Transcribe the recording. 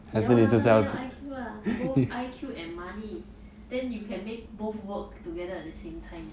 有 ah 当然要 ah both I_Q and money then you can make both work together at the same time